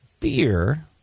beer